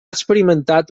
experimentat